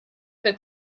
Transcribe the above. per